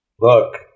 Look